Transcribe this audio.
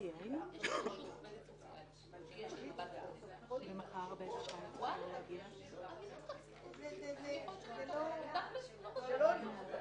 מרכזי זה לא יהיה לנו פתרון,